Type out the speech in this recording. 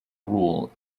rule